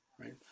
right